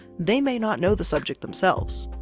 they may not know the subject themselves.